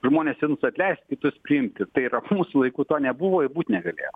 žmonės imtų atleiskit jus priimti tai yra mūsų laiku to nebuvo ir būt negalėjo